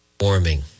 warming